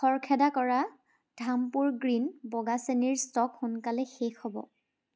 খৰখেদা কৰা ধামপুৰ গ্ৰীণ বগা চেনিৰ ষ্টক সোনকালে শেষ হ'ব